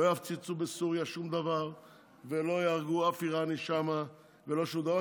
לא יפציצו בסוריה שום דבר ולא יהרגו אף איראני שם ולא שום דבר,